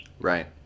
Right